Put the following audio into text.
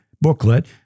booklet